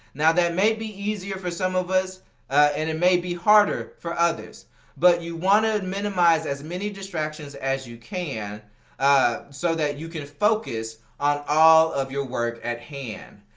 now that may be easier for some of us and it may be harder for others but you want to minimize as many distractions as you can so that you can focus on all of your work at hand.